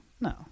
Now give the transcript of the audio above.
no